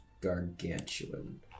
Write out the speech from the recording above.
gargantuan